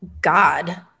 God